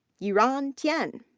yiran tian.